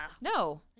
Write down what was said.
No